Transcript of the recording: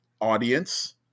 audience